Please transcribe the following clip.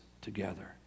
together